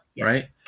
right